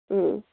हूं